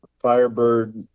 Firebird